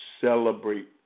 celebrate